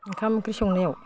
ओंखाम ओंख्रि संनायाव